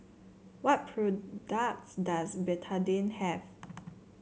what products does Betadine have